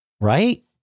Right